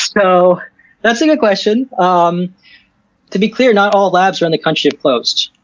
so that's a good question. um to be clear, not all labs around the country have closed.